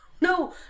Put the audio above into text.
No